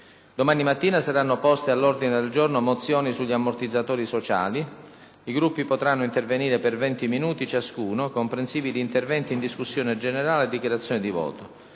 Domani mattina saranno poste all'ordine del giorno mozioni sugli ammortizzatori sociali. I Gruppi potranno intervenire per 20 minuti ciascuno, comprensivi di interventi in discussione generale e dichiarazione di voto.